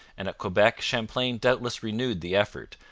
and at quebec champlain doubtless renewed the effort,